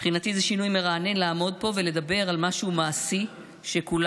מבחינתי זה שינוי מרענן לעמוד פה ולדבר על משהו מעשי שכולנו,